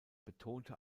betonte